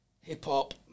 hip-hop